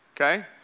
Okay